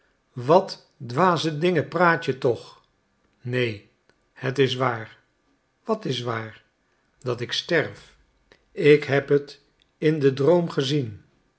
wat dwaze dingen praat je toch neen het is waar wat is waar dat ik sterf ik heb het in den droom gezien